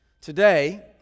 Today